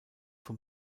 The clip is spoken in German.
vom